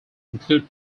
include